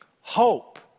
hope